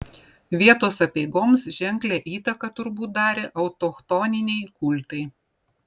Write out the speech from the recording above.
vietos apeigoms ženklią įtaką turbūt darė autochtoniniai kultai